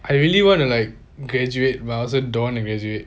I really want to like graduate but also don't want to graduate